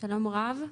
שלום רב,